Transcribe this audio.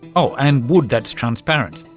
oh, and wood that's transparent.